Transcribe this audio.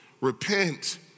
Repent